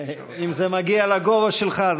אם זה מגיע לגובה שלך?